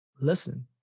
listen